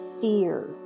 fear